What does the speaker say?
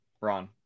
Ron